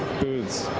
booths.